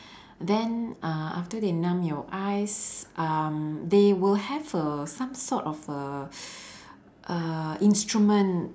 then uh after they numb your eyes um they will have a some sort of a uh instrument